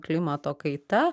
klimato kaita